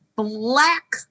Black